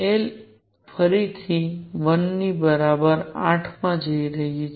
l ફરીથી 1 ની બરાબર 8 થવા જઈ રહી છે